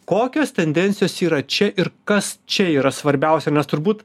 kokios tendencijos yra čia ir kas čia yra svarbiausia nes turbūt